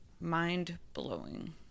Mind-blowing